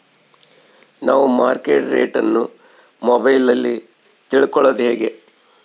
ನಾವು market rate ಅನ್ನು ಮೊಬೈಲಲ್ಲಿ ತಿಳ್ಕಳೋದು ಹೇಗೆ?